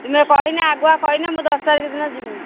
ତୁମେ କହିବ ଆଗୁଆ କହିବ ମୁଁ ଦଶ ତାରିଖ ଦିନ ଯିବି